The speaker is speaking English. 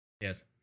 Yes